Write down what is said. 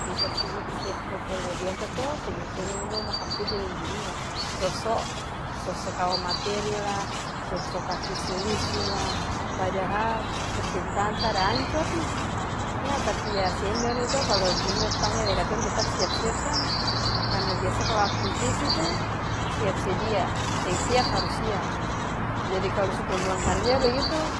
Beta pigi di sekret dolo, biasa to senior- senior ini dong makang puji deng junior, sok-sok, sok-sok kawal materi lah sok-sok kasi solusi lah, padahal percintaan sa ada ancor nih yah tapi yah senior nih to kalu junior panggel katong tetap siap-siap sah, karna biasa kalu aktivis itu siap sedia seng siap harus siap, jadi kalu su pulang-pulang karja bagitu